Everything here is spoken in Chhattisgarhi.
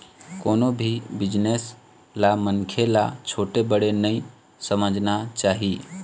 कोनो भी बिजनेस ल मनखे ल छोटे बड़े नइ समझना चाही